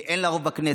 כי אין לה רוב בכנסת,